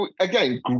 again